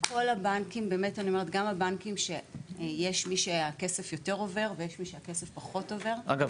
בכל הבנקים יש מי שהכסף יותר עובר ויש מי שהכסף פחות עובר --- אגב